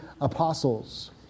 apostles